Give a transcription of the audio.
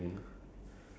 um